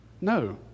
No